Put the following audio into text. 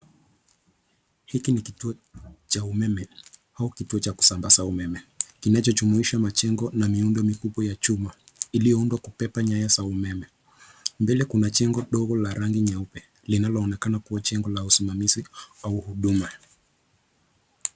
Hiki ni kituo cha umeme au kituo cha kusambaza umeme, kinachojumuisha majengo na miundo mikubwa ya chuma iliyoundwa kubeba nyaya za umeme. Mbele kuna jengo dogo la rangi nyeupe, linaloonekana kuwa jengo la usimamizi au huduma.